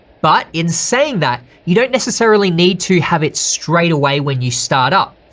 but in saying that you don't necessarily need to have it straight away when you start up.